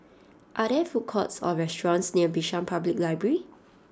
are there food courts or restaurants near Bishan Public Library